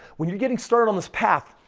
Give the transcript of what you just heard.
when you're getting started on this path,